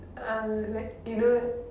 uh like you know